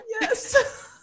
Yes